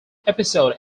episode